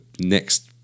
next